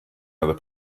other